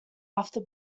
after